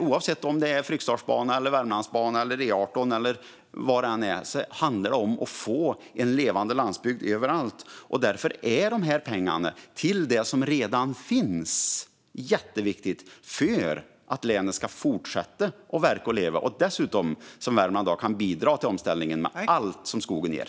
Oavsett om det gäller Fryksdalsbanan, Värmlandsbanan, E18 eller vad det nu gäller handlar det alltså om att få en levande landsbygd överallt. Därför är dessa pengar till det som redan finns jätteviktiga för att länet ska fortsätta att verka och leva. Dessutom kan det, som i Värmland, bidra till omställningen vad gäller allt som skogen ger.